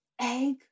egg